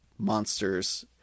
monsters